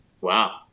Wow